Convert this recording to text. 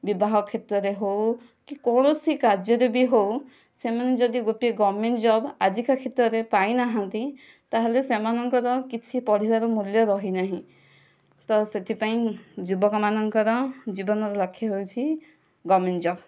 ବିବାହ କ୍ଷେତ୍ରରେ ହେଉ କି କୌଣସି କାର୍ଯ୍ୟରେ ବି ହେଉ ସେମାନେ ଯଦି ଗୋଟିଏ ଗଭର୍ଣ୍ଣମେଣ୍ଟ ଜବ୍ ଆଜିକା କ୍ଷେତ୍ରରେ ପାଇନାହାନ୍ତି ତାହେଲେ ସେମାନଙ୍କର କିଛି ପଢ଼ିବାର ମୂଲ୍ୟ ରହେନାହିଁ ତ ସେଥିପାଇଁ ଯୁବକମାନଙ୍କର ଜୀବନର ଲକ୍ଷ୍ୟ ହେଉଛି ଗଭର୍ଣ୍ଣମେଣ୍ଟ ଜବ୍